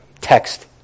text